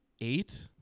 eight